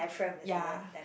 ya